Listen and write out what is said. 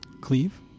Cleave